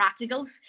practicals